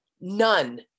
none